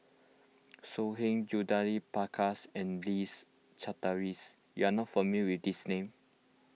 So Heng Judith Prakash and Charteris you are not familiar with these names